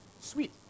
Sweet